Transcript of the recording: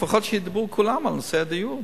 לפחות שידברו כולם על נושא הדיור,